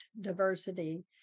diversity